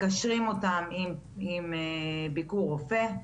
מקשרים אותם עם ביקור רופא,